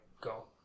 go